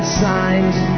signs